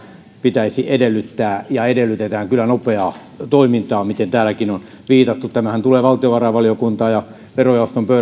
pitäisi edellyttää ja edellytetään kyllä nopeaa toimintaa mihin täälläkin on viitattu tämähän tulee valtiovarainvaliokuntaan ja verojaoston pöydälle ja